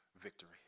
victory